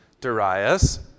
Darius